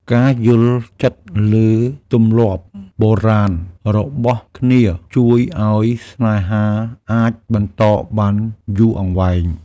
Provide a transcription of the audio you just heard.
ការយល់ចិត្តលើទម្លាប់បុរាណរបស់គ្នាជួយឱ្យស្នេហាអាចបន្តបានយូរអង្វែង។